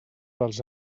dels